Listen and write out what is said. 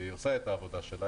והיא עושה את העבודה שלה,